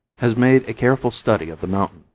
has made a careful study of the mountain,